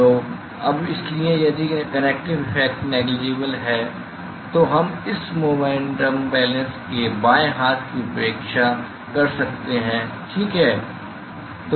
तो अब इसलिए यदि कनवेक्टिव एफेक्ट नेगलिजिबल हैं तो हम इस मोमेन्टम बेलेन्स के बाएं हाथ की उपेक्षा कर सकते हैं ठीक है